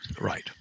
Right